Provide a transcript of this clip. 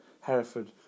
Hereford